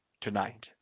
tonight